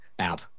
app